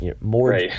more